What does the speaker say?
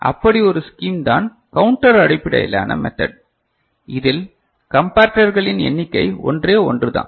அப்படி ஒரு ஸ்கீம் தான் கவுண்டர் அடிப்படையிலான மெத்தட் இதில் கம்பரட்டர்களின் எண்ணிக்கை ஒன்றே ஒன்றுதான்